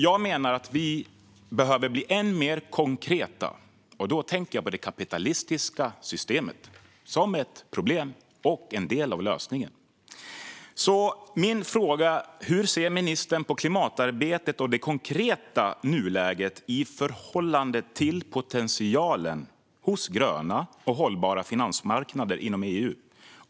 Jag menar att vi behöver bli än mer konkreta. Då tänker jag på det kapitalistiska systemet som ett problem och en del av lösningen. Min fråga är: Hur ser ministern på klimatarbetet och det konkreta nuläget i förhållande till potentialen hos gröna och hållbara finansmarknader inom EU?